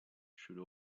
should